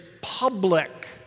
public